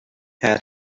her